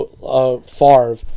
Favre